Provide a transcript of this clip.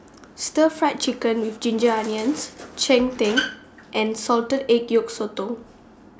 Stir Fried Chicken with Ginger Onions Cheng Tng and Salted Egg Yolk Sotong